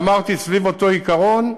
אמרתי, סביב אותו עיקרון,